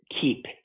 keep